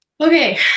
Okay